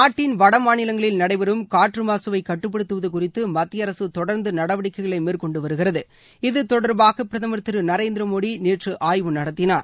நாட்டின் வடமாநிலங்களில் நடைபெறம் காற்றுமாசுவைகட்டுப்படுத்துவதுகுறித்துமத்திய அரசுதொடர்ந்துநடவடிக்கைகளைமேற்கொண்டுவருகிது இது தொடர்பாகபிரதமர் திருநரேந்திரமோடிநேற்றுஆய்வு நடத்தினார்